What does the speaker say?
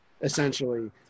essentially